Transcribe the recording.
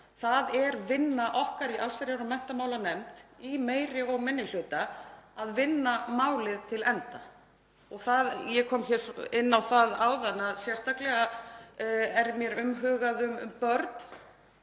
Það er vinna okkar í allsherjar- og menntamálanefnd í meiri og minni hluta að vinna málið til enda. Ég kom inn á það áðan að sérstaklega er mér umhugað um börn